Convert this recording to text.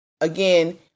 again